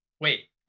wait